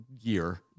year